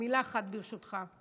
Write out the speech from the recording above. ומילה אחת, ברשותך.